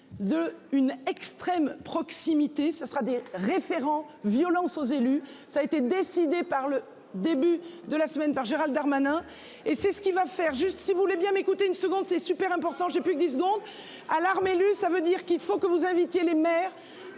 de une extrême proximité ce sera des référents violences aux élus. Ça a été décidé par le début de la semaine par Gérald Darmanin. Et c'est ce qui va faire juste si vous voulez bien m'écouter une seconde c'est super important. J'ai plus que 10 secondes à l'armée, lu ça veut dire qu'il faut que vous invitiez les maires